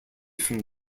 from